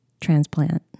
transplant